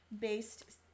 based